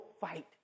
fight